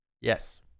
Yes